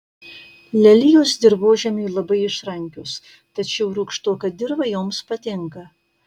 lelijos dirvožemiui labai išrankios tačiau rūgštoka dirva joms patinka